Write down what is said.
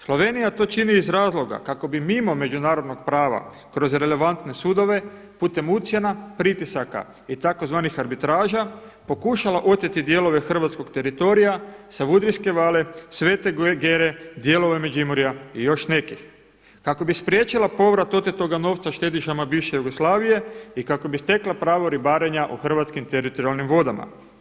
Slovenija to čini iz razloga kako bi mimo međunarodnog prava kroz relevantne sudove, putem ucjena, pritisaka i tzv. arbitraža pokušala oteti dijelove hrvatskog teritorija Savudrijske vale, Svete Gere, dijelove Međimurja i još nekih, kako bi spriječila povrat otetoga novca štedišama bivše Jugoslavije i kako bi stekla pravo ribarenja u hrvatskim teritorijalnim vodama.